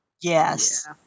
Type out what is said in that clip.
Yes